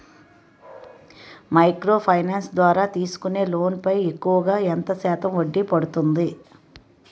Micro finance ద్వారా తీసుకునే loan పై ఎక్కువుగా ఎంత శాతం వడ్డీ పడుతుంది?